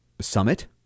summit